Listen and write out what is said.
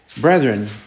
Brethren